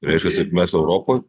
reiškiasi mes europoj